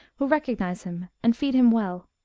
who recognize him and feed him well.